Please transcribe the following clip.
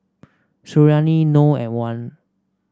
Suriani Noh and Wan